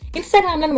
Instagram